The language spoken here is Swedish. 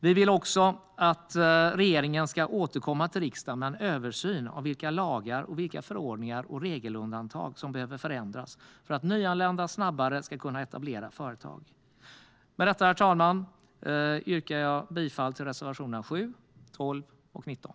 Vi vill också att regeringen ska återkomma till riksdagen med en översyn av vilka lagar, förordningar och regelundantag som behöver förändras för att nyanlända snabbare ska kunna etablera företag. Med detta, herr talman, yrkar jag bifall till reservationerna 7, 12 och 19.